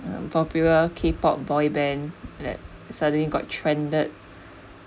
the popular K pop boy band that suddenly got trended